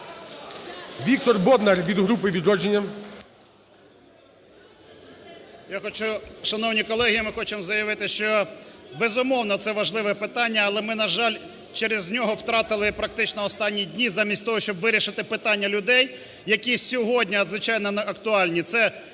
Віктор Бондар від групи "Відродження".